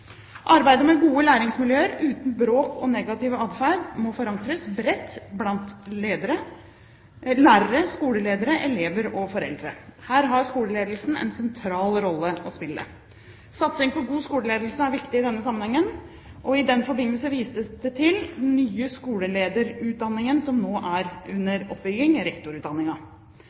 Arbeidet med gode læringsmiljøer, uten bråk og negativ atferd, må forankres bredt blant lærere, skoleledere, elever og foreldre. Her har skoleledelsen en sentral rolle å spille. Satsing på god skoleledelse er viktig i denne sammenhengen, og i den forbindelse vises det til den nye skolelederutdanningen – rektorutdanningen – som nå er under oppbygging.